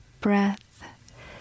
breath